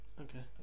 Okay